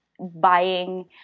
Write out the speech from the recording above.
Buying